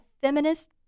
feminist